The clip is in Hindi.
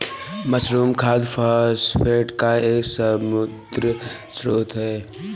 मशरूम खाद फॉस्फेट का एक समृद्ध स्रोत है